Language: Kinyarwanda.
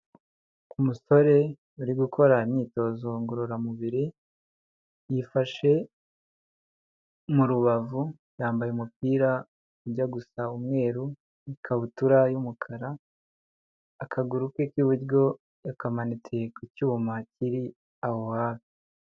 Umusore uri gukora imyitozo ngororamubiri yifashe mu rubavu, yambaye umupira ujya gusa umweru n'ikabutura y'umukara, akaguru ke k'iburyo yakamanitse ku cyuma kiri aho hafi.